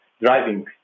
driving